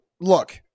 look